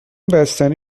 بستنی